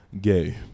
gay